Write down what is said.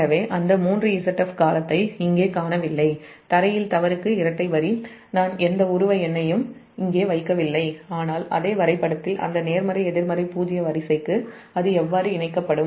எனவே அந்த 3Zf காலத்தை இங்கே காணவில்லை க்ரவுன்ட்ல் தவறுக்கு இரட்டை வரி நான் எந்த உருவ எண்ணையும் இங்கே வைக்கவில்லை ஆனால் அதே வரைபடத்தில்அந்தநேர்மறை எதிர்மறை பூஜ்ஜிய வரிசைக்கு அது எவ்வாறு இணைக்கப்படும்